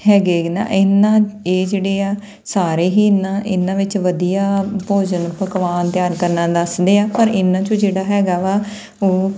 ਹੈਗੇ ਗੇ ਨਾ ਇਹਨਾਂ ਇਹ ਜਿਹੜੇ ਆ ਸਾਰੇ ਹੀ ਐਨਾ ਇਹਨਾਂ ਵਿੱਚ ਵਧੀਆ ਭੋਜਨ ਪਕਵਾਨ ਤਿਆਰ ਕਰਨਾ ਦੱਸਦੇ ਆ ਪਰ ਇਹਨਾਂ ਚੋਂ ਜਿਹੜਾ ਹੈਗਾ ਵਾ ਉਹ